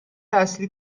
اصلی